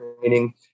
training